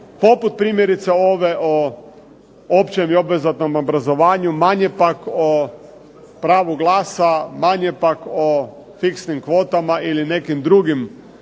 poput primjerice ove o općem i obvezatnom obrazovanju, manje pak o pravu glasa, manje pak o fiksnim kvotama ili nekim drugim